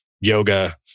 yoga